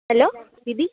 hello दीदी